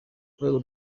urwego